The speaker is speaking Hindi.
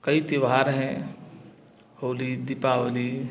कई त्यौहार हैं होली दीपावली